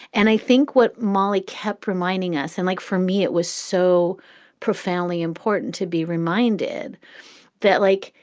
and i think what molly kept reminding us and like for me, it was so profoundly important to be reminded that, like,